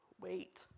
wait